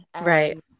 Right